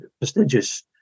prestigious